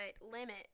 limit